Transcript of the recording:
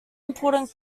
important